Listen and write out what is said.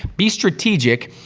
be strategic.